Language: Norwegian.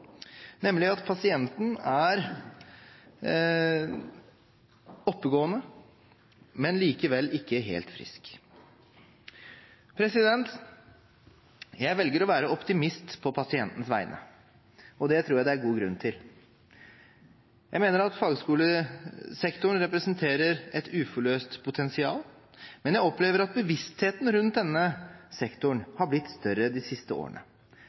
nemlig at pasienten er oppegående, men likevel ikke helt frisk. Jeg velger å være optimist på pasientens vegne, og det tror jeg det er god grunn til. Jeg mener at fagskolesektoren representerer et uforløst potensial, men jeg opplever at bevisstheten rundt denne sektoren har blitt større de siste årene.